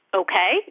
okay